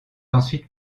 ensuite